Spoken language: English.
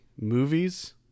movies